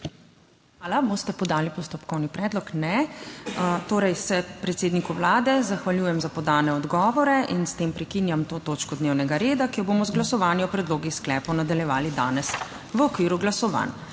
Hvala. Boste podali postopkovni predlog? (Ne.) Torej se predsedniku Vlade zahvaljujem za podane odgovore. S tem prekinjam to točko dnevnega reda, ki jo bomo z glasovanji o predlogih sklepov nadaljevali danes v okviru glasovanj.